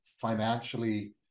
financially